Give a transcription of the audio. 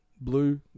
blue